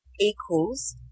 equals